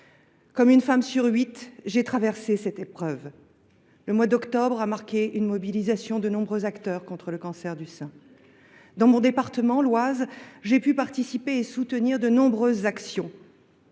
Comme une femme sur huit, j’ai traversé cette épreuve. Le mois d’octobre a marqué une mobilisation de nombreux acteurs contre le cancer du sein. Dans le département de l’Oise, dont je suis élue, j’ai pu participer et soutenir de nombreuses actions.